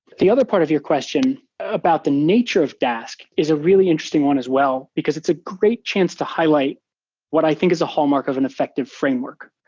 the other part of your question about the nature of dask is a really interesting one as well, because it's a great chance to highlight what i think is a hallmark of an effective framework.